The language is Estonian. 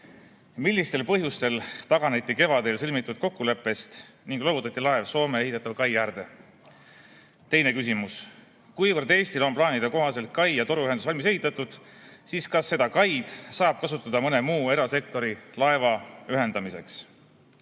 "Millistel põhjustel taganeti kevadel sõlmitud kokkuleppest ning loovutati laev Soome ehitatava kai äärde?" Teine küsimus: "Kuivõrd Eestil on plaanide kohaselt kai ja toruühendus valmis ehitatud, siis kas seda kaid saab kasutada mõne muu erasektori laeva ühendamiseks?"